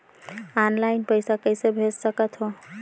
Online पइसा कइसे भेज सकत हो?